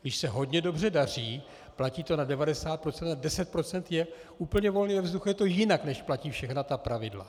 Když se hodně dobře daří, platí to na 90 % a 10 % je úplně volně ve vzduchu, je to jinak, než platí všechna ta pravidla.